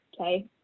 okay